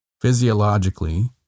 physiologically